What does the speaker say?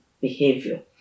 behavior